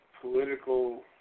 political